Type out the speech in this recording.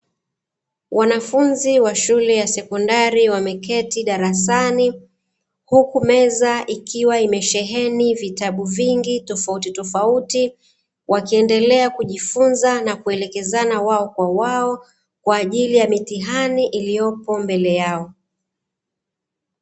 Wanafunzi wa shule ya sekondari wameketi darasani huku meza ikiwa imesheheni vitabu vingi tofautitofauti, wakiendelea kujifunza na kuelekezana wao kwa wao, kwa ajili ya mitihani iliyopo mbele yao.